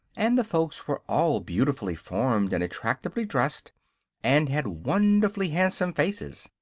and the folks were all beautifully formed and attractively dressed and had wonderfully handsome faces.